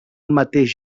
mateix